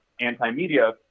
anti-media